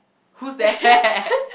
who's that